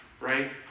Right